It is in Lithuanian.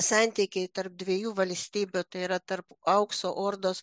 santykiai tarp dviejų valstybių tai yra tarp aukso ordos